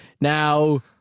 now